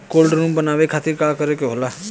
Cold room बनावे खातिर का करे के होला?